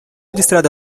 listrada